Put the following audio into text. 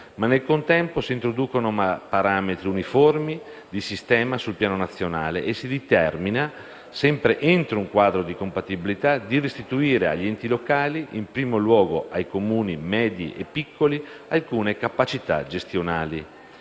Ma nel contempo si introducono parametri uniformi, di sistema, sul piano nazionale e si determina, sempre entro un quadro di compatibilità, di restituire agli enti locali, in primo luogo ai Comuni medi e piccoli, alcune capacità gestionali,